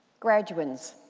graduands,